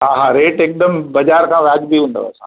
हा हा रेट हिकदमि बाज़ारि खां वाजिबी हूंदो असां वटि